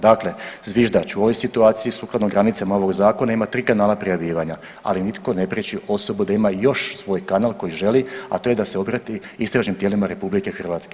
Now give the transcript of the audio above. Dakle, zviždač u ovoj situaciji sukladno granicama ovog zakona ima 3 kanala prijavljivanja, ali nitko ne prijeći osobu da ima još svoj kanal koji želi, a to je da se obrati istražnim tijelima RH.